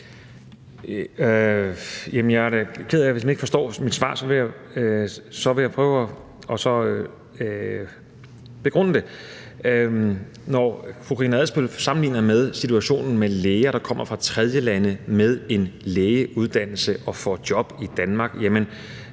Jeg er da ked af, hvis man ikke forstår mit svar. Så vil jeg prøve at begrunde det. Når fru Karina Adsbøl sammenligner det med situationen med læger, der kommer fra tredjelande med en lægeuddannelse og får job i Danmark,